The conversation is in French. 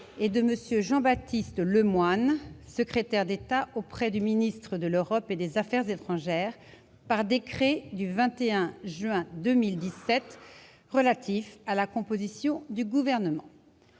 et de M. Jean-Baptiste Lemoyne, secrétaire d'État auprès du ministre de l'Europe et des affaires étrangères, par décret du 21 juin 2017 relatif à la composition du Gouvernement.